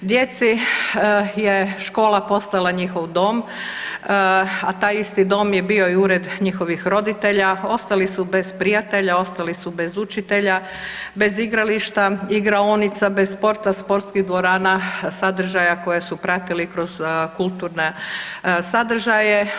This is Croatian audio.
Djeci je škola postala njihov dom, a taj isti dom je bio i ured njihovih roditelja, ostali su bez prijatelja, ostali su bez učitelja, bez igrališta, igraonica, bez sporta, sportskih dvorana, sadržaja koje su pratili kroz kulturne sadržaje.